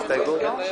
חוצפן.